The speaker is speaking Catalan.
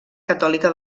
catòlica